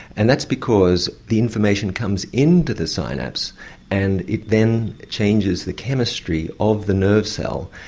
and that's because the information comes into the synapse and it then changes the chemistry of the nerve cell,